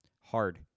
hard